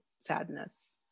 sadness